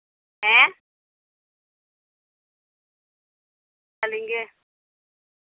ᱦᱮᱸ ᱟᱹᱞᱤᱧ ᱜᱮ